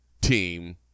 team